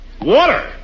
Water